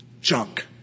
junk